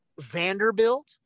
Vanderbilt